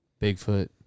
Bigfoot